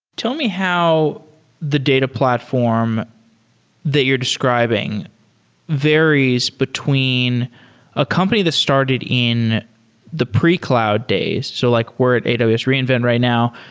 tell me how the data platform that you're describing varies between a company that started in the pre-cloud days. so like we're at aws reinvent right now.